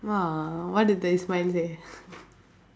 !aww! what did say